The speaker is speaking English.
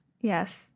yes